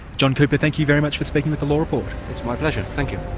john cooper, thank you very much for speaking with the law report. it's my pleasure, thank